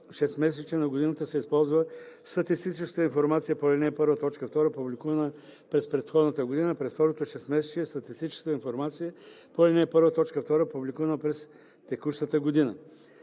6-месечие на годината се използва статистическата информация по ал. 1, т. 2, публикувана през предходната година, а през второто шестмесечие – статистическата информация по ал. 1, т. 2, публикувана през текущата година.